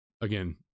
again